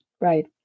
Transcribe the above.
Right